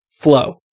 flow